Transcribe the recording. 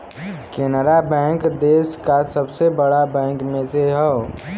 Canara bank देस का सबसे बड़ा बैंक में से हौ